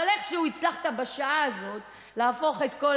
אבל איכשהו הצלחת בשעה הזאת להפוך את כל